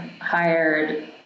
hired